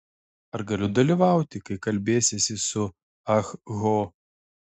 ar galiu dalyvauti kai kalbėsiesi su ah ho